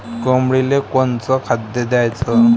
कोंबडीले कोनच खाद्य द्याच?